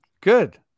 Good